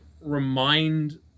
remind